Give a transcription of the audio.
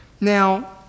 Now